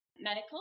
medical